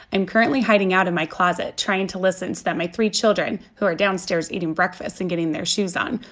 and currently hiding out in my closet trying to listen so that my three children, who are downstairs eating breakfast and getting their shoes on,